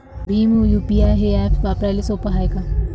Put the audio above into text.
Bhim UPI हे app वापराले सोपे हाय का?